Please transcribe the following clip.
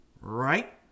Right